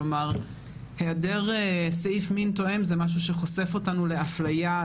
כלומר: העדר סעיף מין תואם זה משהו שחושף אותנו לאפליה,